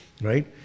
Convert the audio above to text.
Right